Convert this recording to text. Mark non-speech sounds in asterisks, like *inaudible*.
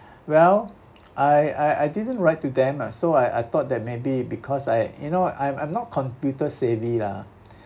well I I I didn't write to them lah so I I thought that maybe because I you know I'm I'm not computer savvy lah *breath*